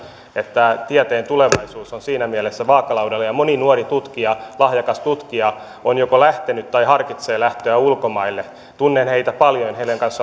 että tieteen tulevaisuus on siinä mielessä vaakalaudalla ja moni nuori lahjakas tutkija joko on lähtenyt tai harkitsee lähtöä ulkomaille tunnen heitä paljon ja heidän kanssaan